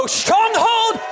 stronghold